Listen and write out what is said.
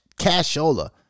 cashola